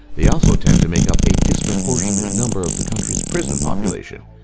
they also tend to make up a disproportionate number of the country's prison population,